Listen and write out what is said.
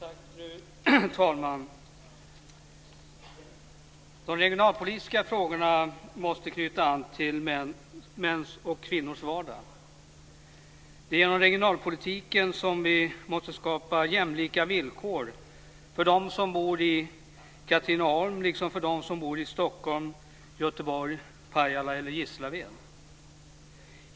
Fru talman! De regionalpolitiska frågorna måste knyta an till mäns och kvinnors vardag. Det är genom regionalpolitiken som vi måste skapa jämlika villkor för dem som bor i Katrineholm liksom för dem som bor i Stockholm, Göteborg, Pajala eller Gislaved.